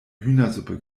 hühnersuppe